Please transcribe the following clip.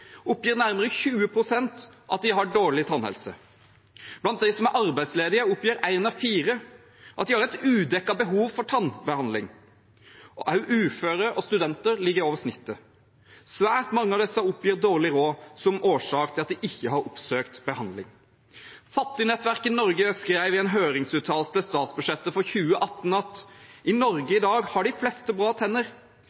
oppgir nærmere 20 pst. at de har dårlig tannhelse. Blant dem som er arbeidsledige, oppgir en av fire at de har et udekket behov for tannbehandling, og også uføre og studenter ligger over snittet. Svært mange av disse oppgir dårlig råd som årsak til at de ikke har oppsøkt behandling. Fattignettverket Norge skrev i en høringsuttalelse til statsbudsjettet for 2018: «I Norge i